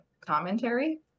commentary